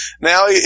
Now